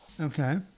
Okay